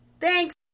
Thanks